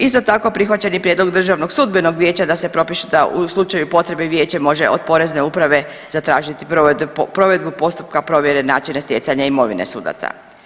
Isto tako, prihvaćen je prijedlog Državnog sudbenog vijeća da u slučaju potrebe Vijeće može od Porezne uprave zatražiti provedbu postupka provjere načina stjecanja imovine sudaca.